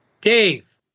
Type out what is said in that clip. Dave